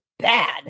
Bad